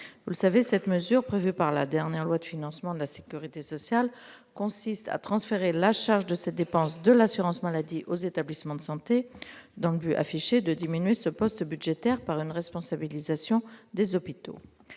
Vous le savez, cette mesure, prévue par la dernière loi de financement de la sécurité sociale, consiste à transférer la charge de cette dépense de l'assurance maladie aux établissements de santé, dans l'objet affiché de diminuer ce poste budgétaire par une responsabilisation des hôpitaux.